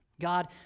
God